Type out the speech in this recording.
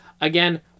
again